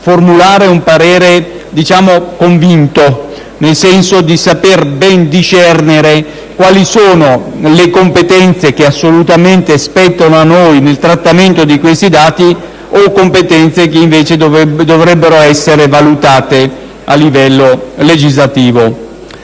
formulare un parere, diciamo, convinto, nel senso di saper ben discernere le competenze che assolutamente spettano a noi nel trattamento di questi dati e le competenze che dovrebbero essere valutate a livello legislativo.